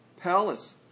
palace